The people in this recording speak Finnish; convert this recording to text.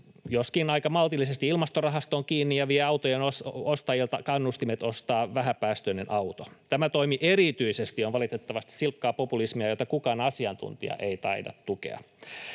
joskin aika maltillisesti, Ilmastorahastoon kiinni ja vie autojen ostajilta kannustimet ostaa vähäpäästöinen auto. Tämä toimi erityisesti on valitettavasti silkkaa populismia, jota kukaan asiantuntija ei taida tukea.